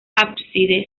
ábside